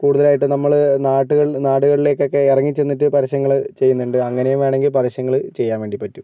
കൂടുതലായിട്ടും നമ്മൾ നാട്ടുകളിൽ നാടുകളിലേക്കൊക്കെ ഇറങ്ങി ചെന്നിട്ട് പരസ്യങ്ങൾ ചെയ്യുന്നുണ്ട് അങ്ങനെയും വേണമെങ്കിൽ പരസ്യങ്ങൾ ചെയ്യാൻ വേണ്ടി പറ്റും